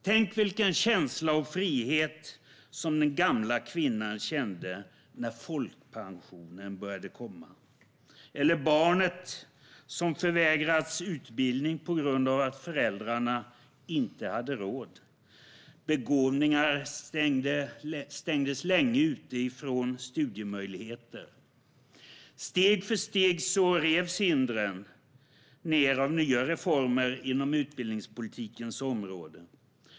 Tänk vilken känsla och frihet som den gamla kvinnan kände när folkpensionen började komma. Barn hade förvägrats utbildning på grund av att föräldrarna inte hade råd. Begåvningar stängdes länge ute från studiemöjligheter. Steg för steg revs hindren ned av nya reformer inom utbildningspolitikens område.